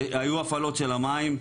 והיו הפעלות של מים,